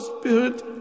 Spirit